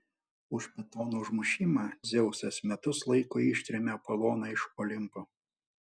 už pitono užmušimą dzeusas metus laiko ištrėmė apoloną iš olimpo